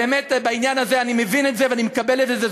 באמת בעניין הזה אני מבין את זה ואני מקבל את זה.